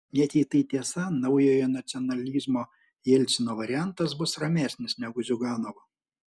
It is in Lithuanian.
net jei tai tiesa naujojo nacionalizmo jelcino variantas bus ramesnis negu ziuganovo